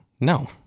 no